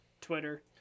Twitter